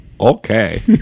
Okay